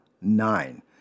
nine